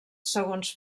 segons